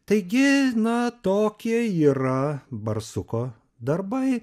taigi na tokie yra barsuko darbai